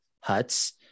Huts